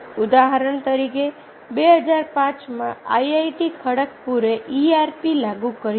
ઉદાહરણ તરીકે 2005માં IIT ખડગપુરે ERP લાગુ કર્યું